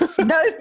no